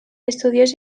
estudiós